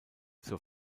zur